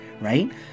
right